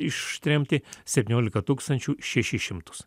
ištremti septynioliką tūkstančių šešis šimtus